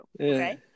okay